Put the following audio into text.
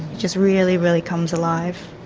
just really, really comes alive.